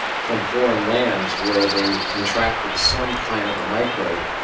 from foreign lands where they've contracted some kind of a microbe,